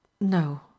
No